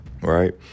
right